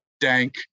dank